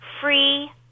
free